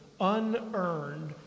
unearned